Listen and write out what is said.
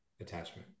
attachment